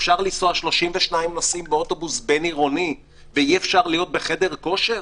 אפשר לנסוע 32 נוסעים באוטובוס בין עירוני ואי אפשר להיות בחדר כושר?